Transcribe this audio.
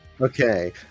Okay